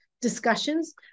discussions